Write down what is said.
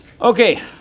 Okay